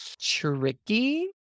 tricky